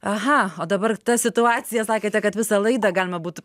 aha o dabar ta situacija sakėte kad visą laidą galima būtų